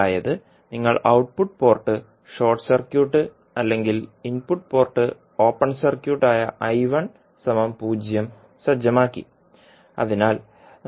അതായത് നിങ്ങൾ output port short circuit അല്ലെങ്കിൽ ഇൻപുട്ട് പോർട്ട് ഓപ്പൺ സർക്യൂട്ട് ആയ 0 സജ്ജമാക്കി